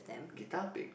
guitar pick